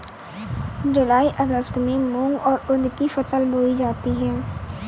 जूलाई अगस्त में मूंग और उर्द की फसल बोई जाती है